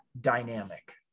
dynamic